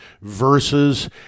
verses